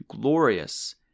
Glorious